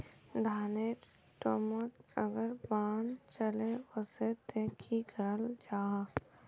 धानेर टैमोत अगर बान चले वसे ते की कराल जहा?